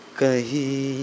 Kahi